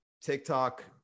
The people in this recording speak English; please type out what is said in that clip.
tiktok